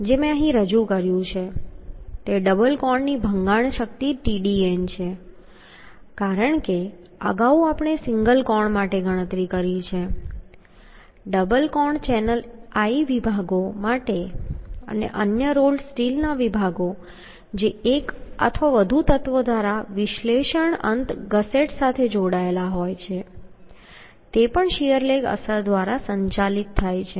જે મેં અહીં રજૂ કર્યું છે તે ડબલ કોણની ભંગાણ શક્તિ Tdn છે કારણ કે અગાઉ આપણે સિંગલ કોણ માટે ગણતરી કરી છે ડબલ કોણ ચેનલ I વિભાગો માટે અને અન્ય રોલ્ડ સ્ટીલના વિભાગો જે એક અથવા વધુ તત્વો દ્વારા વિશ્લેષણ અંત ગસેટ સાથે જોડાયેલા છે તે પણ શીયર લેગ અસર દ્વારા સંચાલિત થાય છે